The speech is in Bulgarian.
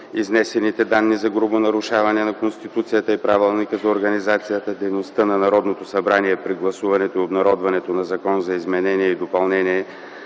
изнесените данни за грубо нарушаване на Конституцията и Правилника за организацията и дейността на Народното събрание при гласуването и обнародването на Закон за изменение и допълнение